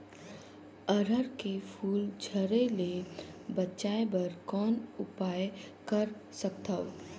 अरहर के फूल झरे ले बचाय बर कौन उपाय कर सकथव?